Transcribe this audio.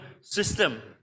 system